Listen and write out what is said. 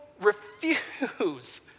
refuse